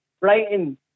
Brighton